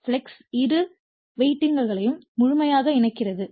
flux இரு வைண்டிங்களையும் முழுமையாக இணைக்கிறது